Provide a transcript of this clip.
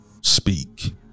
speak